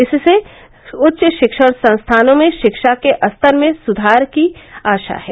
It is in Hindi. इससे उच्च शिक्षण संस्थानों में शिक्षा के स्तर में सुधार की आशा है